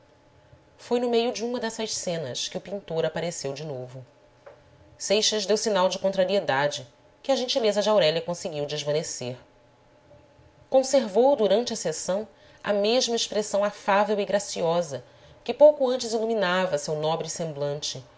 foi no meio de uma dessas cenas que o pintor apareceu de novo seixas deu sinal de contrariedade que a gentileza de aurélia conseguiu desvanecer conservou durante a sessão a mesma expressão afável e graciosa que pouco antes iluminava seu nobre semblante